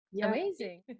amazing